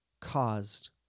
caused